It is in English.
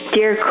Dear